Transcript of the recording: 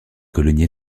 colonie